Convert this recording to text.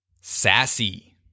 Sassy